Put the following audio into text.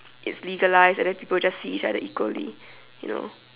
it's legalized and then people just see each other equally you know